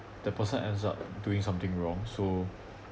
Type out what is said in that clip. the person ends up doing something wrong so